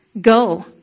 Go